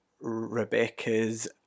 Rebecca's